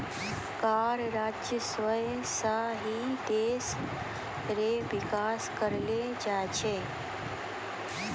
कर राजस्व सं ही देस रो बिकास करलो जाय छै